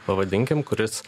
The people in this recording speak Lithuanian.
pavadinkim kuris